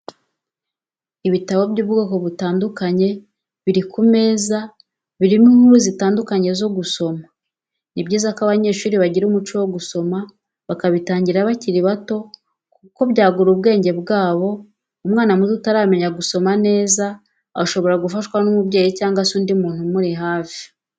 Ibitabo by'ubwoko butandukanye biri ku meza birimo inkuru zitandukanye zo gusoma, ni byiza ko abanyeshuri bagira umuco wo gusoma bakabitangira bakiri bato kuko byagura ubwenge bwabo, umwana muto utaramenya gusoma neza shobora gufashwa n'umubyeyi cyangwa se undi muntu umuri hafi.